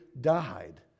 died